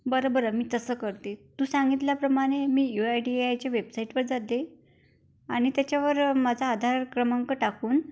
बरं बरं मी तसं करते तू सांगितल्याप्रमाणे मी यू आय डी आयच्या वेबसाईटवर जाते आणि त्याच्यावर माझा आधार क्रमांक टाकून